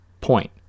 point